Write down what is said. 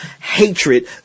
hatred